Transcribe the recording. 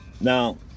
Now